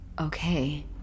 Okay